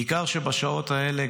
בעיקר כאשר בשעות האלה,